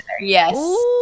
yes